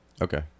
Okay